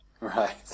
Right